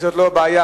זו לא בעיה,